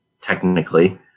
technically